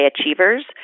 achievers